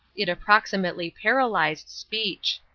it approximately paralyzed speech.